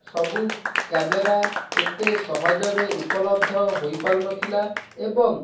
ସବୁ କ୍ୟାମେରା ଏତେ ସହଜରେ ଉପଲବ୍ଧ ହୋଇପାରୁନଥିଲା ଏବଂ